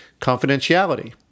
Confidentiality